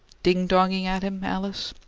ding-donging at him alice?